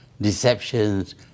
deceptions